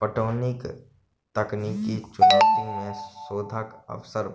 पटौनीक तकनीकी चुनौती मे शोधक अवसर